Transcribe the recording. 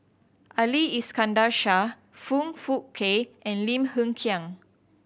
Ali Iskandar Shah Foong Fook Kay and Lim Hng Kiang